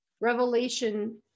Revelation